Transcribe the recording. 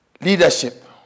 Leadership